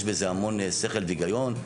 יש בזה המון שכל והיגיון.